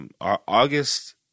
August